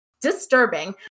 disturbing